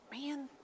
man